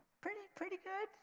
pretty pretty good,